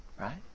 right